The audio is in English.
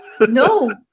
No